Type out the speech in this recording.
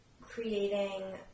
creating